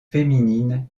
féminine